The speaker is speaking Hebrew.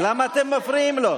ממה אתם מפחדים?